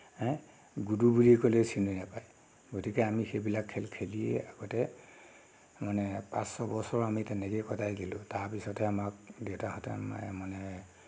হে গুড্ডু বুলি ক'লেও চিনি নাপয় গতিকে আমি সেইবিলাক খেল খেলিয়ে আগতে মানে পাঁচ ছয় বছৰ আমি তেনেকৈয়ে কটাই দিলোঁ তাৰপিছতহে আমাক দেউতাহঁতে মায়ে মানে